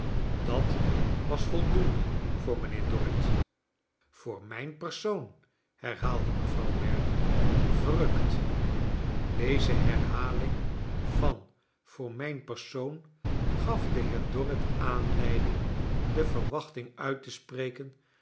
dat was voldoende voor mijnheer dorrit voor mijn persoon herhaalde mevrouw merdle verrukt deze herhaling van voor mijn persoon gaf den heer dorrit aanleiding de verwachting uit te spreken